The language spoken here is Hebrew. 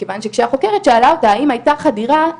כיוון שכשהחוקרת שאלה אותה: האם הייתה חדירה,